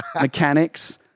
mechanics